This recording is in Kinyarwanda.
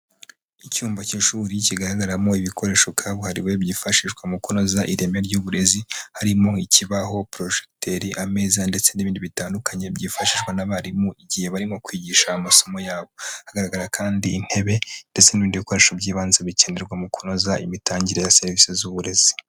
Icyumba cy'ishuri kigaragaramo ibikoresho kabuhariwe byifashishwa mu kunoza ireme ry'uburezi. Harimo ikibaho, projecteur, ameza ndetse n'ibindi bitandukanye byifashishwa n'abarimu igihe barimo kwigisha amasomo yabo. Hagaragara kandi intebe ndetse n'ibindi bikoresho by'ibanze bikenerwa mu kunoza imitangire ya serivisi z'uburezi.